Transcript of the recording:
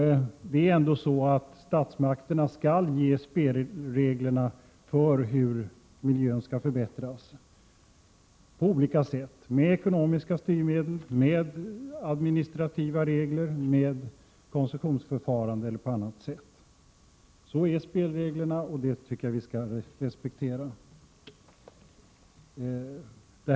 Det är ändå så att statsmakterna skall ge spelreglerna för hur miljön skall förbättras på olika sätt, med ekonomiska styrmedel, med administrativa regler, med koncessionsförfarande eller på annat sätt. Så är spelreglerna, och det tycker jag att vi skall respektera.